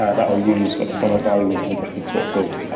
ah values, if i'm evaluating different sorts of